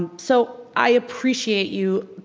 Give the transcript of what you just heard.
and so i appreciate you,